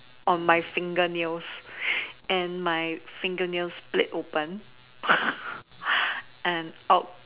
on my finger nails and my finger nails split open and out